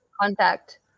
contact